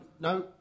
no